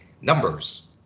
numbers